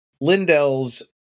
Lindell's